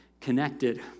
connected